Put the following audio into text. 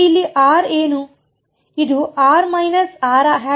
ಈಗ ಇಲ್ಲಿ r ಏನು